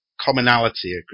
commonality